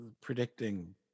predicting